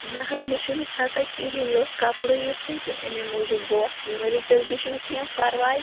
نَہ حظ مےٚ چھُنہٕ خطا کِہیٖنۍ یہِ اوس کپرُے یُتھٕے تہٕ اَمے موٗجوب گوٚو اَتھ یہِ ؤلِو تیٚلہِ تہِ چھُنہٕ کیٚنٛہہ پرواے